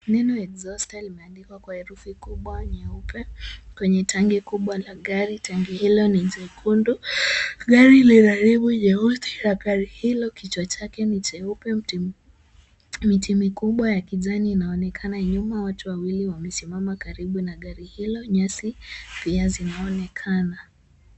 Neno exhauster limeandikwa kwa herufi kubwa nyeupe kwenye tanki kubwa la gari. Tanki hilo ni jekundu, gari lina rimu nyeusi na gari hilo kichwa chake ni cheupe. Miti mikubwa ya kijani inaonekana nyuma, watu wawili wamesimama karibu na gari hilo, nyasi pia zinaonekana.